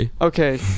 okay